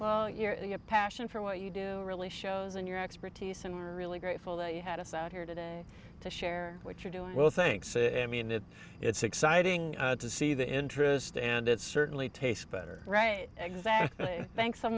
label your passion for what you do really shows in your expertise and we're really grateful that you had us out here today to share what you're doing well thanks and mean it it's exciting to see the interest and it certainly taste better right exactly thanks so